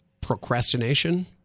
procrastination